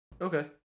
Okay